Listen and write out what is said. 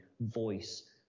voice